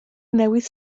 newydd